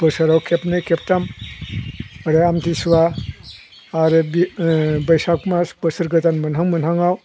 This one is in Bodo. बोसोराव खेबनै खेबथाम ओरै आमथिसुवा आरो बैसाग मास बोसोर गोदान मोनहां मोनहांआव